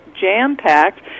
jam-packed